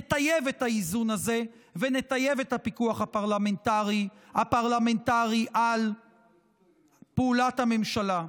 נטייב את האיזון הזה ונטייב את הפיקוח הפרלמנטרי על פעולת הממשלה.